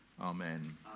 amen